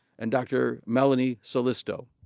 and dr. melanie sulistio,